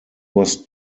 was